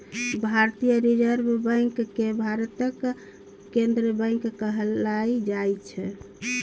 भारतीय reserve bank केँ भारतक केंद्रीय बैंक कहल जाइ छै